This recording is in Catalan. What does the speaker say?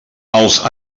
els